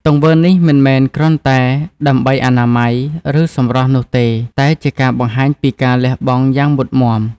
ទង្វើនេះមិនមែនគ្រាន់តែដើម្បីអនាម័យ ឬសម្រស់នោះទេ តែជាការបង្ហាញពីការលះបង់យ៉ាងមុតមាំ។